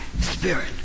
spirit